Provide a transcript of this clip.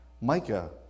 Micah